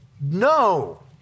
No